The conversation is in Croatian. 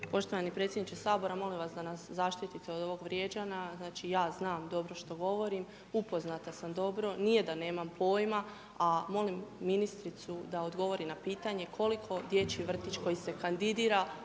Poštovani potpredsjedniče Sabora molim vas da nas zaštitite od ovog vrijeđanja, znači ja znam dobro što govorim. Upoznata sam dobro, nije da nemam pojma, a molim ministricu da odgovori na pitanje koliko dječji vrtić koji se kandidira